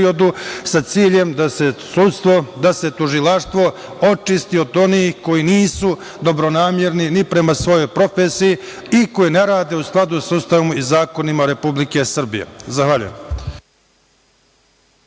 sudstvo, da se tužilaštvo očisti od onih koji nisu dobronamerni ni prema svojoj profesiji i koji ne rad u skladu sa Ustavom i zakonima Republike Srbije. Zahvaljujem.